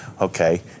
okay